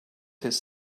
his